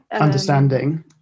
understanding